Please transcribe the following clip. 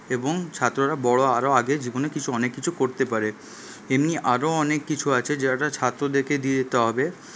এবং ছাত্ররা বড়ো আরো আগে জীবনে কিছু অনেক কিছু করতে পারে এমনি আরো অনেক কিছু আছে যারা ছাত্রদেরকে দিয়ে দিতে হবে